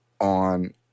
on